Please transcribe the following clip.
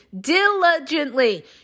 Diligently